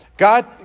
God